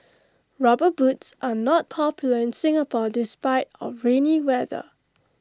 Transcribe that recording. rubber boots are not popular in Singapore despite our rainy weather